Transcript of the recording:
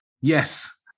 Yes